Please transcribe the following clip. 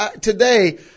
today